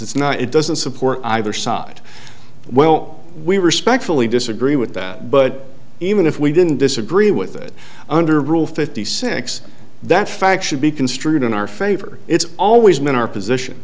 it's not it doesn't support either side well we respectfully disagree with that but even if we didn't disagree with it under rule fifty six that fact should be construed in our favor it's always been our position